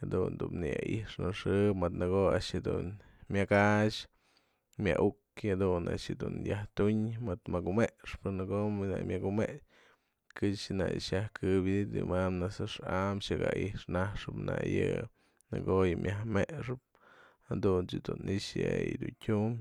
jadun dun nyai'ixnaxëbë mëd në ko'o a'ax dun myakax myaukyë jadun dun yajtuny mëdë mëkumexpë në ko'o mëkumexpë këxë nak xiajkëwyadty, yamam najt's ëxa'am xa'ak ai'ixnaxëbë a'ax yë në ko'o yë myaj mexëp jadunt's dun i'ixä yë dun tyum